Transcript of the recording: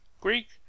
Greek